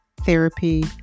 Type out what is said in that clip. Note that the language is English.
therapy